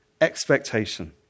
expectation